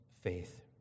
faith